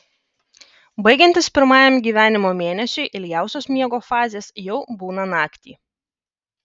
baigiantis pirmajam gyvenimo mėnesiui ilgiausios miego fazės jau būna naktį